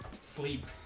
Sleep